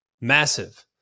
Massive